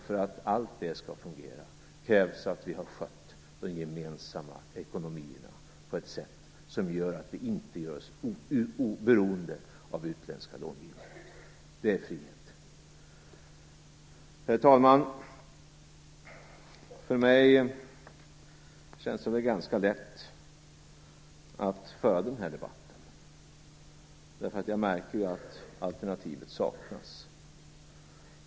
För att allt detta skall fungera krävs det att vi har skött de gemensamma ekonomierna på ett sådant sätt att vi inte gör oss beroende av utländska långivare. Det är frihet! Herr talman! För mig känns det ganska lätt att föra den här debatten. Jag märker ju att alternativet saknas.